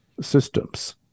systems